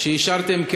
שתי דקות לרשותך.